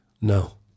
No